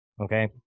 okay